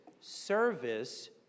Service